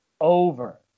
over